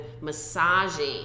massaging